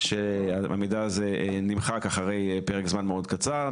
שהמידע הזה נמחק אחרי פרק זמן מאוד קצר,